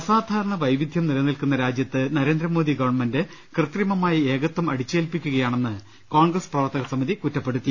അസാധാരണ വൈവിധ്യം നിലനിൽക്കുന്ന രാജ്യത്ത് നരേന്ദ്രമോദി ഗവൺമെന്റ് കൃത്രിമമായി ഏകതം അടിച്ചേൽപ്പിക്കുകയാണെന്ന് കോൺഗ്രസ് പ്രവർത്തക സമിതി കുറ്റപ്പെടുത്തി